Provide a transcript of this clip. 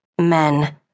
Men